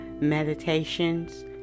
meditations